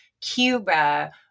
Cuba